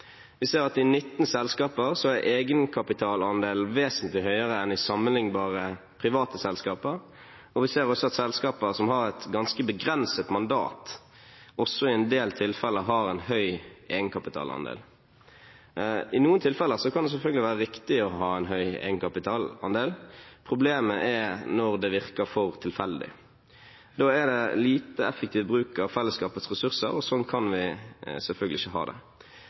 Vi ser at i 19 selskaper er egenkapitalandelen vesentlig høyere enn i sammenlignbare private selskaper. Vi ser også at selskaper som har et ganske begrenset mandat, i en del tilfeller også har en høy egenkapitalandel. I noen tilfeller kan det selvfølgelig være riktig å ha en høy egenkapitalandel. Problemet er når det virker for tilfeldig. Da er det en lite effektiv bruk av fellesskapets ressurser, og slik kan vi selvfølgelig ikke ha det.